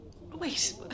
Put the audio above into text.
Wait